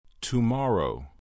Tomorrow